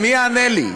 מי יענה לי?